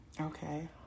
Okay